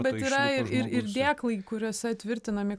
bet yra ir ir dėklai kuriuose tvirtinami